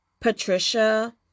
Patricia